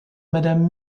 madame